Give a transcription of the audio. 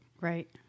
Right